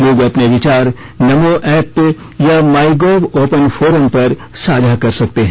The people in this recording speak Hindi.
लोग अपने विचार नमो एप या माईगोव ओपन फोरम पर साझा कर सकते हैं